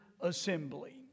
assembly